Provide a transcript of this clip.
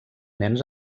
nens